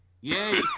yay